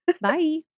Bye